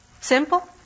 Simple